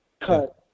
cut